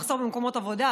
למחסור במקומות עבודה,